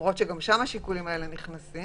כך שלפחות